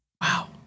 Wow